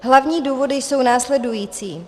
Hlavní důvody jsou následující.